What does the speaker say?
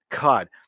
god